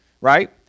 right